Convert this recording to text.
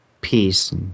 peace